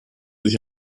sich